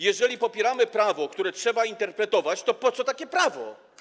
Jeżeli popieramy prawo, które trzeba interpretować, to po co takie prawo?